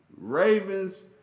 Ravens